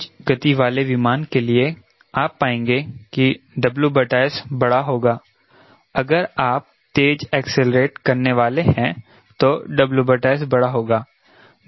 तेज गति वाले विमान के लिए आप पाएंगे कि WS बड़ा होगा अगर आप तेज एक्सेलेरेट करने वाले हैं तो WS बड़ा होगा